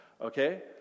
okay